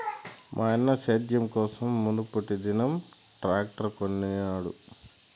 మాయన్న సేద్యం కోసం మునుపటిదినం ట్రాక్టర్ కొనినాడు